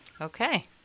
Okay